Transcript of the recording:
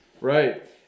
Right